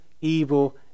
evil